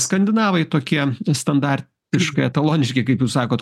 skandinavai tokie standartiškai etaloniški kaip jūs sakot